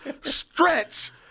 stretch